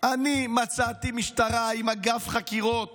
אני מצאתי משטרה עם אגף חקירות